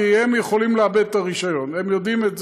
כי הם יכולים לאבד את הרישיון, הם יודעים את זה,